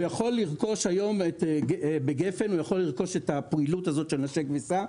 הוא יכול לרכוש היום בגפ"ן את הפעילות של 'נשק וסע',